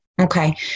Okay